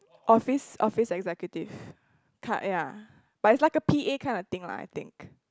office office-executive ta~ ya but it's like a p_a kind of thing lah I think